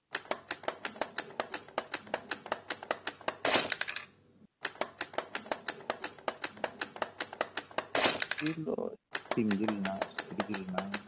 ᱡᱤᱞ ᱫᱚ ᱥᱤᱢ ᱡᱤᱞ ᱦᱮᱱᱟᱜᱼᱟ ᱥᱩᱠᱨᱤ ᱡᱤᱞ ᱦᱮᱱᱟᱜᱼᱟ